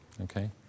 Okay